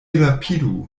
rapidu